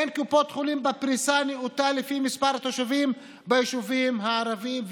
אין קופות חולים בפריסה הנאותה לפי מספר תושבים ביישובים הערביים.